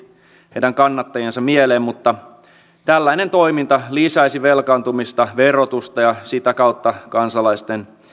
heidän kannattajiensa mieleen mutta tällainen toiminta lisäisi velkaantumista verotusta ja sitä kautta kansalaisten